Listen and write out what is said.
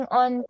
on